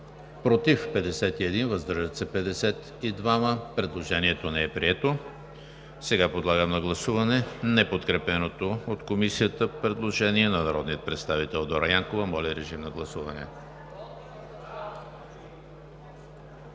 против 51, въздържали се 52. Предложението не е прието. Подлагам на гласуване неподкрепеното от Комисията предложение на народния представител Дора Янкова. Гласували